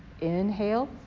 Inhale